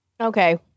Okay